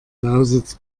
lausitz